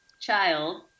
child